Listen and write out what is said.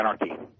anarchy